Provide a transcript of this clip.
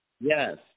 Yes